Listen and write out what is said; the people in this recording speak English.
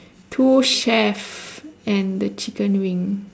two chefs and the chicken wing